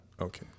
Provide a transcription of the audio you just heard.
Okay